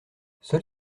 seul